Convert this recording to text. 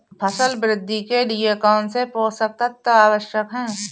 फसल वृद्धि के लिए कौनसे पोषक तत्व आवश्यक हैं?